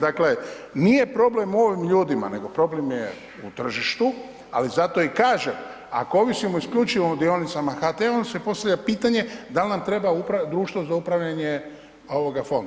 Dakle, nije problem u ovim ljudima nego problem je u tržištu, ali zato i kažem ako ovisimo isključivo o dionicama HT-a onda se postavlja pitanje da li nam treba društvo za upravljanje ovoga fondom.